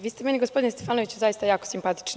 Vi ste meni, gospodine Stefanoviću, zaista jako simpatični.